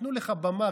נתנו לך במה,